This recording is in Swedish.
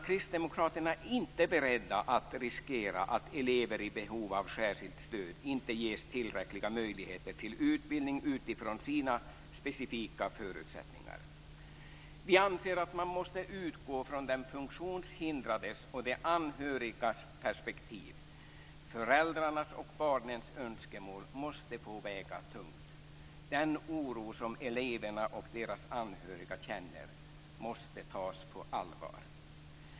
Kristdemokraterna är inte beredda att riskera att elever i behov av särskilt stöd inte ges tillräckliga möjligheter till utbildning utifrån deras specifika förutsättningar. Vi anser att man måste utgå från den funktionshindrades och de anhörigas perspektiv. Föräldrarnas och barnens önskemål måste få väga tungt. Den oro som eleverna och deras anhöriga känner måste tas på allvar.